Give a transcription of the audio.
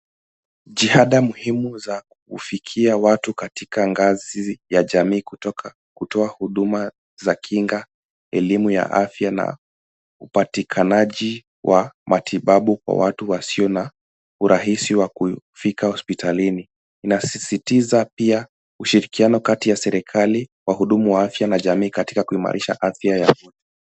Jihada muhimu za kufikia watu katika ngazi ya jamii kutoka kutoa huduma za kinga, elimu ya afya na upatikanaji wa matibabu kwa watu wasio na urahisi wa kufika hospitalini. Inasisitiza pia ushirikiano kati ya serikali, wahudumu wa afya na jamii katika kuimarisha afya yao.